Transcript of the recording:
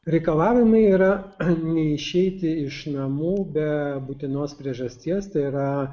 reikalavimai yra neišeiti iš namų be būtinos priežasties tai yra